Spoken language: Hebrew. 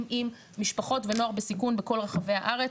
עם משפחות ונוער בסיכון בכל רחבי הארץ,